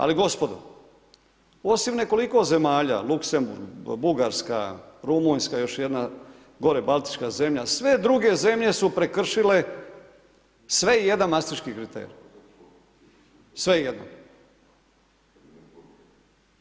Ali gospodo, osim nekoliko zemalja Luxemourg, Bugarska, Rumanjska još jedna gore baltička zemlja sve druge zemlje su prekršile sve i jedan mastriški kriterij, sve i jedan.